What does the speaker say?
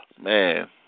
man